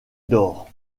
d’or